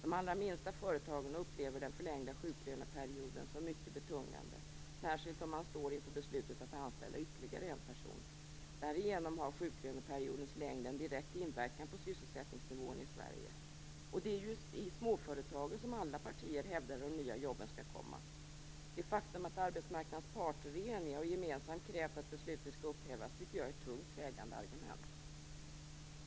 De allra minsta företagen upplever den förlängda sjuklöneperioden som mycket betungande, särskilt om man står inför beslutet att anställa ytterligare en person. Därigenom har sjuklöneperiodens längd en direkt inverkan på sysselsättningsnivån i Sverige. Alla partier hävdar ju att det är i småföretagen som de nya jobben skall komma. Det faktum att arbetsmarknadens parter är eniga och gemensamt krävt att beslutet skall upphävas tycker jag är ett tungt vägande argument.